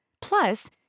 Plus